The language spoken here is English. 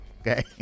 okay